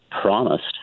promised